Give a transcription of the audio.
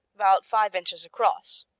about five inches across.